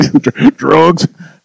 Drugs